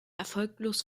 erfolglos